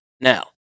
Now